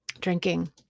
drinking